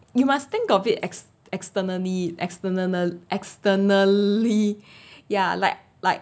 you must think of it as externa~ external~ externally ya like like